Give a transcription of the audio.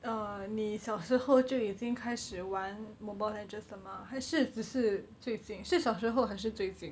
uh 你小时候就已经开始玩 mobile legends 了 mah 还是只是最近是小时候还是最近